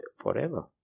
forever